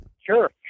Sure